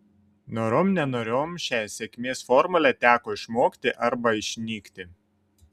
norom nenorom šią sėkmės formulę teko išmokti arba išnykti